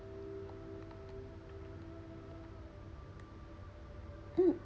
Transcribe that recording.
mm